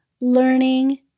learning